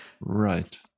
Right